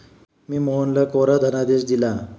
मी मोहनला कोरा धनादेश दिला